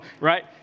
right